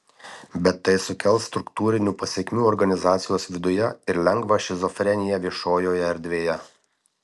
bet tai sukels struktūrinių pasekmių organizacijos viduje ir lengvą šizofreniją viešojoje erdvėje